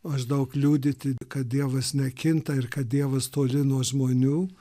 maždaug liudyti kad dievas nekinta ir kad dievas toli nuo žmonių